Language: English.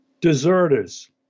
deserters